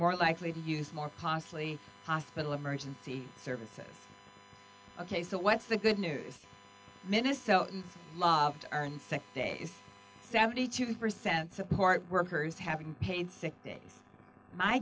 more likely to use more possibly hospital emergency services ok so what's the good news minnesotans loved earned sick days seventy two percent support workers having paid sick days my